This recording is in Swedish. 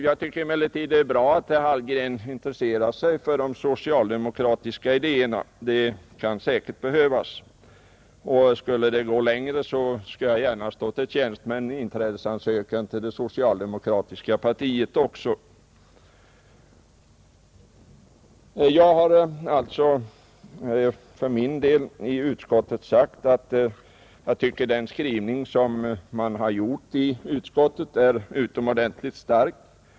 Jag tycker emellertid det är bra att herr Hallgren intresserar sig för de socialdemokratiska ideerna — det kan säkert behövas. Och skulle det gå längre skall jag gärna stå till tjänst med en inträdesansökan till det socialdemokratiska partiet också. Jag har för min del i utskottet sagt att jag tycker att den skrivning som gjorts av utskottet är utomordentligt stark.